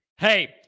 Hey